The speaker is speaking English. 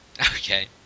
Okay